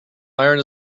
iron